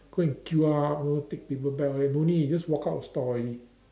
go and queue up you know take paper bag all that no need just walk out of store already